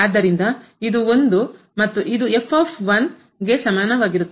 ಆದ್ದರಿಂದ ಇದು 1 ಮತ್ತು ಇದು ಗೆ ಸಮಾನವಾಗಿರುತ್ತದೆ